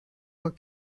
were